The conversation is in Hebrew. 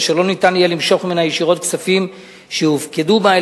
אשר לא יהיה אפשר למשוך ממנה ישירות כספים שהופקדו בה,